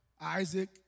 Isaac